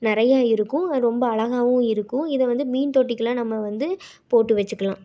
நிறையா இருக்கும் அது ரொம்ப அழகாகவும் இருக்கும் இதை வந்து மீன் தொட்டிக்கெலாம் நம்ம வந்து போட்டு வச்சிக்கலாம்